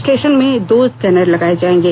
stay शन में दो स्कैनर लगाए जाएंगे